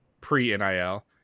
pre-NIL